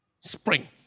spring